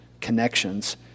connections